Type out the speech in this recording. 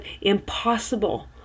impossible